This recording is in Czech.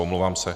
Omlouvám se.